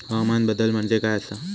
हवामान बदल म्हणजे काय आसा?